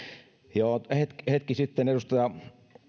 jo hetki hetki sitten edustaja